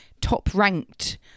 top-ranked